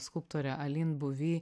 skulptorė alin buvi